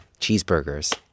cheeseburgers